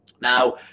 Now